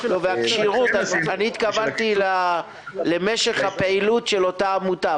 אני התכוונתי למשך הפעילות של אותה עמותה.